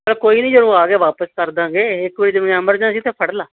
ਅ ਕੋਈ ਨਹੀਂ ਜਦੋਂ ਆ ਗਿਆ ਵਾਪਿਸ ਕਰਦਾਂਗੇ ਇੱਕ ਵਾਰ ਜਿਵੇਂ ਐਮਰਜੈਂਸੀ ਤਾਂ ਫੜ ਲਾ